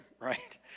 right